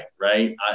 right